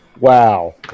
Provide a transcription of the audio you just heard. Wow